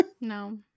No